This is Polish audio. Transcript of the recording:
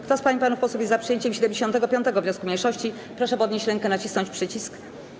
Kto z pań i panów posłów jest za przyjęciem 75. wniosku mniejszości, proszę podnieść rękę i nacisnąć przycisk.